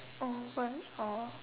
whole bunch or